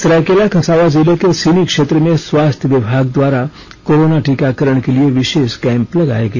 सरायकेला खरसावां जिले के सीनी क्षेत्र में स्वास्थ्य विभाग द्वारा कोरोना टीकाकरण के लिए विशेष कैंप लगाया गया